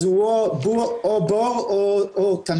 אז הוא או בור או תמים.